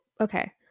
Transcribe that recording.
okay